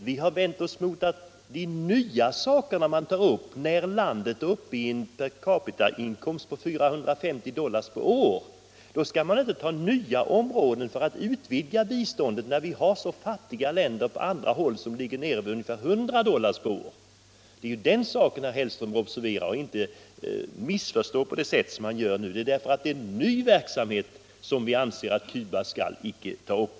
Vi har vänt oss mot att man i detta land, som är uppe i en per capita-inkomst på 450 dollar per år, skall utvidga biståndet till nya områden, när det på andra håll finns fattiga länder med en medelinkomst på ungefär 100 dollar per år. Det är det förhållandet som herr Hellström bör observera i stället för att på det sätt han nu gör misstolka mitt anförande. Det är därför att det är en ny verksamhet på Cuba som vi anser att den inte bör tas upp.